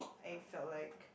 I felt like